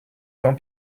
jean